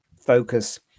Focus